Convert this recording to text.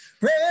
red